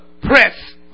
press